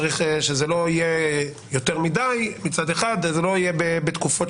צריך שזה מצד אחד לא יהיה יותר מדי ושזה לא יהיה בתקופות